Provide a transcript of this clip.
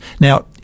Now